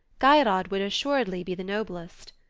geirrod would assuredly be the noblest.